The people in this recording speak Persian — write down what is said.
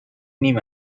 نیم